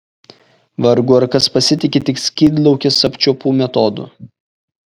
vargu ar kas pasitiki tik skydliaukės apčiuopų metodu